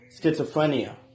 schizophrenia